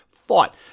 Thought